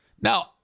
now